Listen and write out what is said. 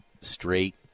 straight